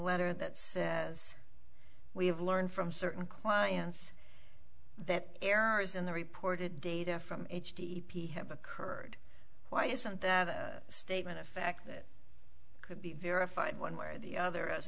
letter that says we have learned from certain clients that errors in the reported data from h t t p have occurred why isn't that a statement of fact it could be verified one way or the other as